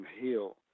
heal